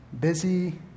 Busy